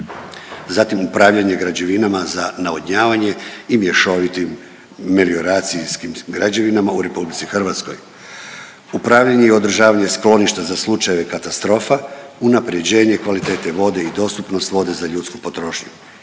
zatim upravljanje građevinama za navodnjavanje i mješovitim melioracijskim građevinama u Republici Hrvatskoj, upravljanje i održavanje skloništa za slučajeve katastrofa, unapređenje kvalitete vode i dostupnost vode za ljudsku potrošnju.